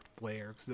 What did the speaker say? Blair